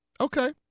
Okay